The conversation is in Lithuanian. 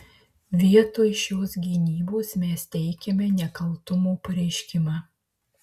vietoj šios gynybos mes teikiame nekaltumo pareiškimą